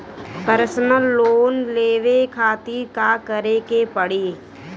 Personal loan लेवे खातिर का करे के पड़ी?